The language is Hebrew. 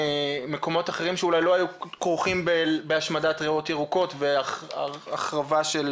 מקומות אחרים שאולי לא היו כרוכים בהשמדת ריאות ירוקות והחרבה של